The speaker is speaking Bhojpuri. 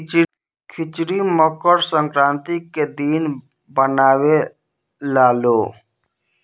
खिचड़ी मकर संक्रान्ति के दिने बनावे लालो